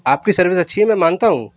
آپ کی سروس اچھی ہے میں مانتا ہوں